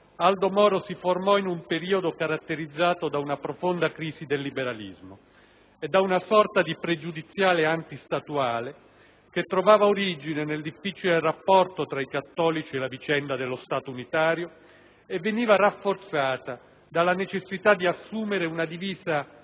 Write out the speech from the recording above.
Aldo Moro si formò in un periodo caratterizzato da una profonda crisi del liberalismo e da una sorta di pregiudiziale antistatuale che trovava origine nel difficile rapporto tra i cattolici e la vicenda dello Stato unitario e veniva rafforzata dalla necessità di assumere una divisa